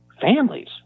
families